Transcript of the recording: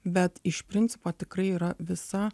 bet iš principo tikrai yra visa